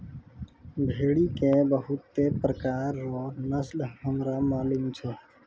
भेड़ी के बहुते प्रकार रो नस्ल हमरा मालूम छै